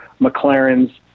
McLarens